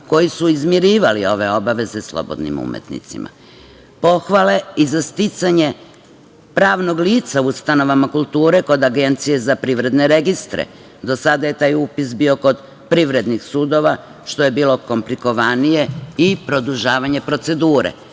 koji su izmirivali ove obaveze slobodnim umetnicima. Pohvale i za sticanje pravnog lica u ustanovama kulture kod Agencije za privredne registre. Do sada je taj upis bio kod privrednih sudova, što je bilo komplikovanije i produžavanje procedure.